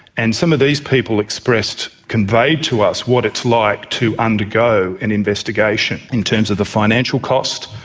and some of these people expressed, conveyed to us what it's like to undergo an investigation in terms of the financial costs,